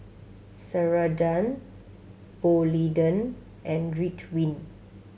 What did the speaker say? Ceradan Polident and Ridwind